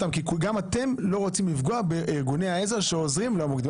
כי גם אתם לא רוצים לפגוע בארגוני העזר שעוזרים למוקדים.